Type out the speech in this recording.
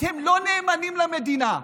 אתם לא נאמנים למדינה,